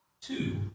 two